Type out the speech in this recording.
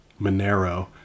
Monero